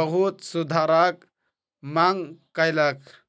बहुत सुधारक मांग कयलक